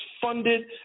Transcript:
funded